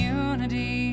unity